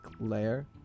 layer